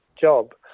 job